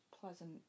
pleasant